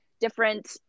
different